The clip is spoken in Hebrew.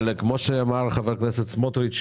אבל כמו שאמר חבר הכנסת סמוטריץ',